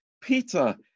Peter